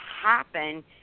happen